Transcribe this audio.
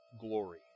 glory